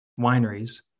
wineries